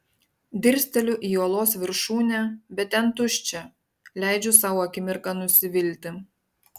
dirsteliu į uolos viršūnę bet ten tuščia leidžiu sau akimirką nusivilti